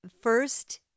first